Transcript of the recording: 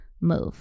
move